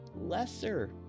lesser